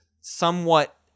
somewhat